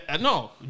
No